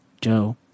Joe